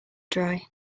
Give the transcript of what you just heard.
dry